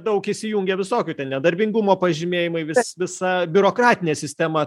daug įsijungia visokių ten nedarbingumo pažymėjimai vis visa biurokratinė sistema